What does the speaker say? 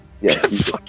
Yes